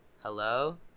hello